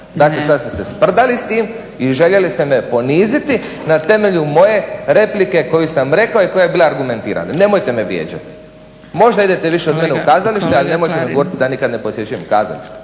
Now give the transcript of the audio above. Dakle, sad ste se sprdali s tim i željeli ste me poniziti na temelju moje replike koju sam rekao i koja je bila argumentirana. Nemojte me vrijeđati. Možda idete više od mene u kazalište, ali nemojte mi govoriti da ja nikad ne posjećujem kazalište,